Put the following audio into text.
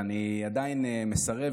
ואני עדיין מסרב,